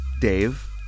Dave